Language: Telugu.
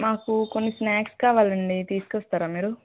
మాకు కొన్ని స్నాక్స్ కావాలండి తీసుకొస్తారా మీరు